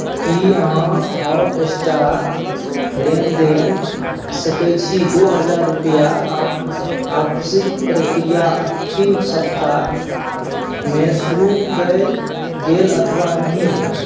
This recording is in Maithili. की अहाँ हॉटस्टार लेनदेन सकैत छी दू हजार रुपैआ वापसीक प्रक्रिया अन्तिम सप्ताहमे शुरू कयल गेल अथवा नहि